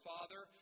Father